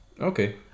okay